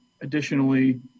Additionally